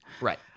Right